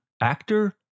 actor